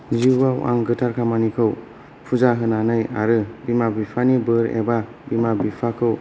जिउआव आं गोथार खामानिखौ फुजा होनानै आरो बिमा बिफानि बोर एबा बिमा बिफाखौ